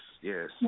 yes